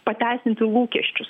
pateisinti lūkesčius